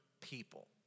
People